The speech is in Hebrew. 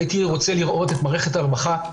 הייתי רוצה לראות את מערכת הרווחה,